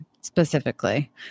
specifically